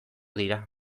dira